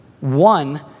one